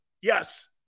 Yes